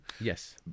Yes